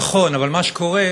נכון, אבל מה שקורה,